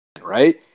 right